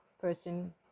person